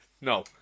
no